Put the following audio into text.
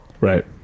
Right